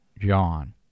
John